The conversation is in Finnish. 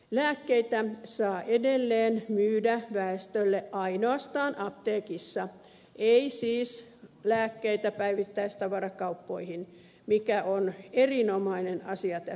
lääkkeitä saa edelleen myydä väestölle ainoastaan apteekissa ei siis lääkkeitä päivittäistavarakauppoihin mikä on erinomainen asia tässä maassa